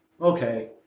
Okay